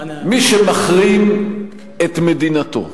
מי שמחרים את מדינתו,